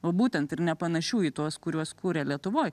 o būtent ir nepanašių į tuos kuriuos kūrė lietuvoj